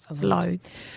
loads